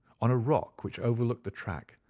on a rock which overlooked the track,